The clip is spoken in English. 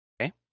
Okay